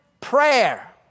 Prayer